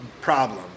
problem